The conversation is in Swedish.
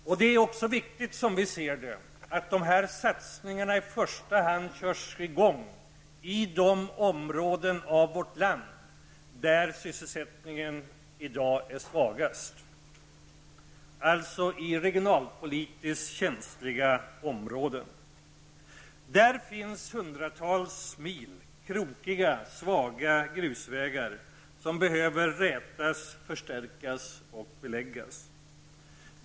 Som vi ser det är det också viktigt att dessa satsningar i första hand körs i gång i de områden i vårt land där sysselsättningen i dag är svagast, dvs. i regionalpolitiskt känsliga områden. Där finns hundratals mil av krokiga, svaga grusvägar som behöver rätas, förstärkas och beläggas.